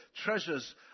treasures